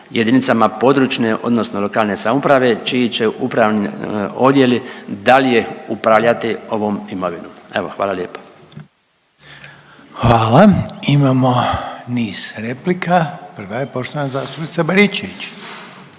jedinicama područne, odnosno lokalne samouprave čiji će upravni odjeli dalje upravljati ovom imovinom. Evo hvala lijepa. **Reiner, Željko (HDZ)** Hvala. Imamo niz replika. Prva je poštovana zastupnica Baričević.